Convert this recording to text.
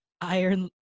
iron